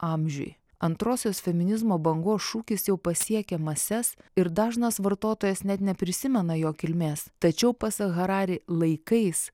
amžiui antrosios feminizmo bangos šūkis jau pasiekia mases ir dažnas vartotojas net neprisimena jo kilmės tačiau pasak harari laikais